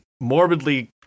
morbidly